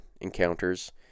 encounters